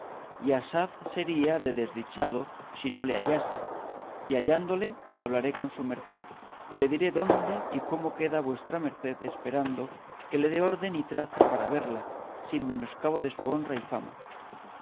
y asaz sería de desdichado si no le hallase y hallándole hablaré con su merced y le diré dónde y cómo queda vuestra merced esperando que le dé orden y traza para verla sin menoscabo de su honra y fama